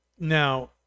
Now